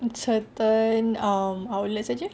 or certain um outlets sahaja